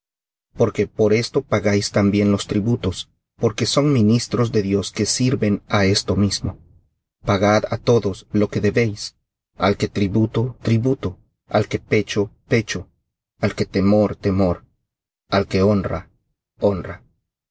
porque por esto pagáis también los tributos porque son ministros de dios que sirven á esto mismo pagad á todos lo que debéis al que tributo tributo al que pecho pecho al que temor temor al que honra honra